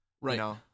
Right